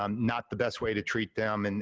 um not the best way to treat them, and